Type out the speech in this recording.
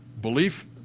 belief